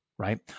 right